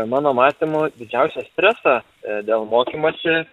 mano matymu didžiausią stresą dėl mokymosi